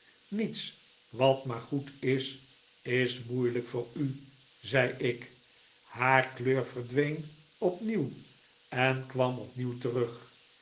niets wat maar go ed is is moeilijk voor u zei ik haar kleur verdween opnieuw en kwam opnieuw terug